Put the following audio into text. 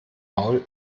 maul